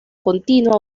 continua